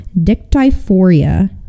Dictyphoria